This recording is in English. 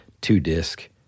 two-disc